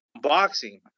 Boxing